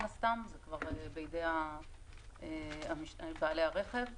זה כבר בידי בעלי הרכב.